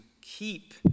keep